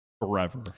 forever